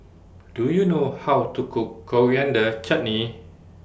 Do YOU know How to Cook Coriander Chutney